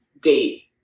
date